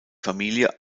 familie